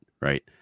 Right